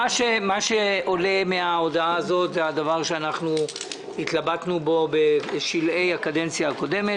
עולה מן ההודעה הזאת הדבר שהתלבטנו בו בשלהי הקדנציה הקודמת.